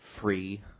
free